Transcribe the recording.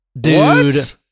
Dude